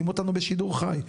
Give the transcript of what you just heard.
רואים אותנו בשידור חי,